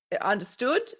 understood